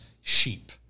sheep